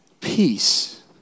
peace